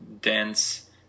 dense